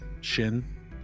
shin